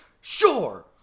Sure